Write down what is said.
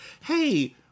hey